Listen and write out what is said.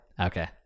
Okay